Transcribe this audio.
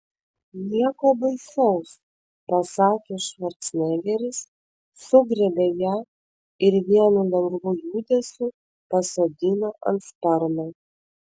nieko baisaus pasakė švarcnegeris sugriebė ją ir vienu lengvu judesiu pasodino ant sparno